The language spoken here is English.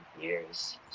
years